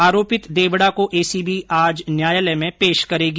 आरापित देवडा को एसीबी आज न्यायालय में पेश करेगी